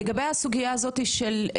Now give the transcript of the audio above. לגבי הסוגייה הזאתי של,